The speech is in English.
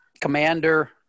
Commander